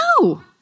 No